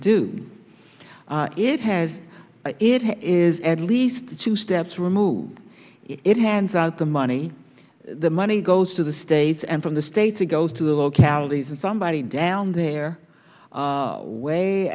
do it has it is at least two steps removed it hands out the money the money goes to the states and from the state to go to the localities and somebody down there way